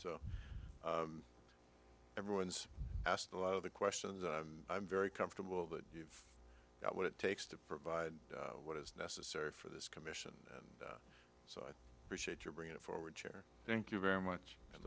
so everyone's asked a lot of the questions i'm very comfortable that you've got what it takes to provide what is necessary for this commission and so i appreciate your bringing it forward chair thank you very much and